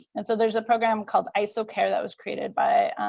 and so there's a program called iso care that was created by